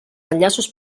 enllaços